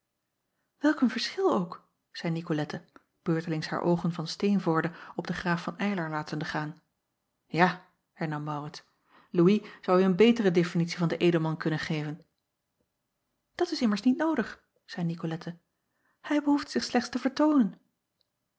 elk een verschil ook zeî icolette beurtelings haar oogen van teenvoorde op den raaf van ylar latende gaan a hernam aurits ouis zou u een betere definitie van den edelman kunnen geven at is immers niet noodig zeî icolette hij behoeft zich slechts te vertoonen